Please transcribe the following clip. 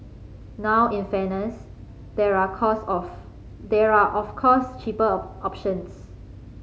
now in fairness there are course of there are of course cheaper options